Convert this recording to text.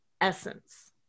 essence